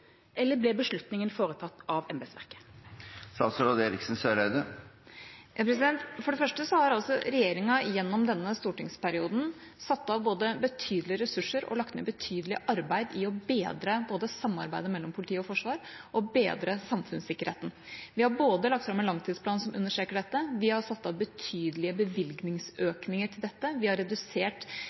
eller ble beslutningen foretatt av embetsverket? For det første har regjeringa gjennom denne stortingsperioden både satt av betydelige ressurser og lagt ned et betydelig arbeid for å bedre både samarbeidet mellom politi og forsvar og samfunnssikkerheten. Vi har lagt fram en langtidsplan som understreker dette. Vi har foretatt betydelige bevilgningsøkninger til dette. Vi har redusert